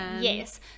yes